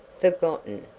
forgotten,